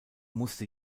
musste